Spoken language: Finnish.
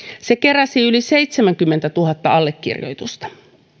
se keräsi yli seitsemänkymmentätuhatta allekirjoitusta